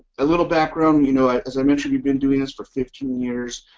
a little background. you know as i mentioned we've been doing this for fifteen years.